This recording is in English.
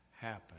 happen